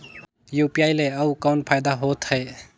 UPI ले अउ कौन फायदा होथ है?